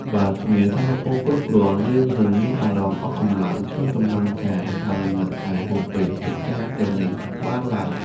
បើគ្មានថាមពលគ្រប់គ្រាន់ យើងនឹងមានអារម្មណ៍អស់កម្លាំង គ្មានកម្លាំងកាយ ហើយមិនអាចបំពេញកិច្ចការទាំងនេះបានឡើយ។